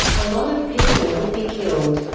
a lot of people would be killed,